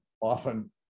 often